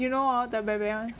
you know hor the bear bear